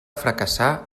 fracassar